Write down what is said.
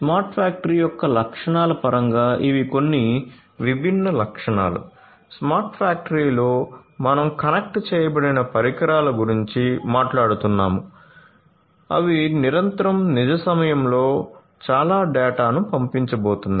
smart factory యొక్క లక్షణాల పరంగా ఇవి కొన్ని విభిన్న లక్షణాలు స్మార్ట్ ఫ్యాక్టరీలో మనం కనెక్ట్ చేయబడిన పరికరాల గురించి మాట్లాడుతున్నాము అవి నిరంతరం నిజ సమయంలో చాలా డేటాను పంపించబోతున్నాయి